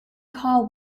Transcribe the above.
call